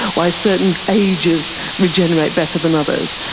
why certain ages regenerate better than others,